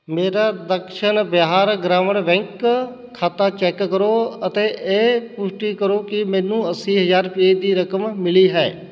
ਮੇਰਾ ਦਕਸ਼ਿਣ ਬਿਹਾਰ ਗ੍ਰਾਮੀਣ ਬੈਂਕ ਖਾਤਾ ਚੈੱਕ ਕਰੋ ਅਤੇ ਇਹ ਪੁਸ਼ਟੀ ਕਰੋ ਕਿ ਮੈਨੂੰ ਅੱਸੀ ਹਜ਼ਾਰ ਰੁਪਈਏ ਦੀ ਰਕਮ ਮਿਲੀ ਹੈ